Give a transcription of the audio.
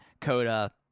Coda